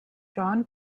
john